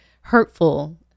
hurtful